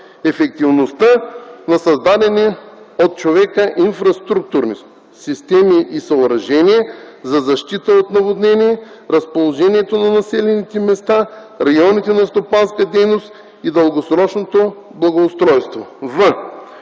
ефективността на създадени от човека инфраструктури (системи и съоръжения) за защита от наводнения, разположението на населените места, районите на стопанска дейност и дългосрочното благоустройство; в)